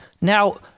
Now